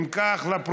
אם כך, לפרוטוקול.